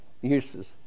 uses